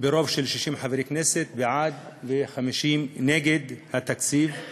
ברוב של 60 חברי כנסת בעד ו-50 נגד התקציב,